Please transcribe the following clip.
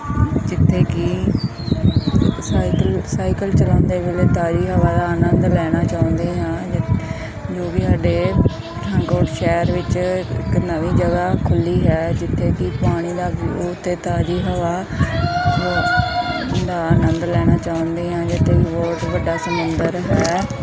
ਜਿੱਥੇ ਕਿ cycle cycle ਚਲਾਉਂਦੇ ਵੇਲੇ ਤਾਜ਼ੀ ਹਵਾ ਆਨੰਦ ਲੈਣਾ ਚਾਹੁੰਦੇ ਹਾਂ ਜੋ ਵੀ ਸਾਡੇ ਕੋਲ ਸ਼ਹਿਰ ਵਿੱਚ ਇੱਕ ਨਵੀਂ ਜਗ੍ਹਾ ਖੁੱਲ੍ਹੀ ਹੈ ਜਿੱਥੇ ਕਿ ਪਾਣੀ ਦਾ ਵਿਊ ਅਤੇ ਤਾਜ਼ੀ ਹਵਾ ਦਾ ਆਨੰਦ ਲੈਣਾ ਚਾਹੁੰਦੇ ਹੈਗੇ ਅਤੇ ਬਹੁਤ ਵੱਡਾ ਸਮੁੰਦਰ ਹੈ